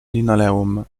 linoleum